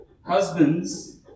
Husbands